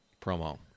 promo